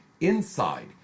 INSIDE